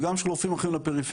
גם של רופאים אחרים לפריפריה,